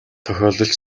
тохиолдол